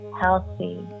healthy